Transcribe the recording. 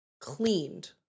Cleaned